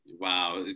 wow